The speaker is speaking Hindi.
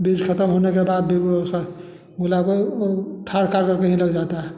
बीज ख़त्म होने के बाद भी वो असर गुलाब का उखाड़ उखाड़ के कहीं लग जाता है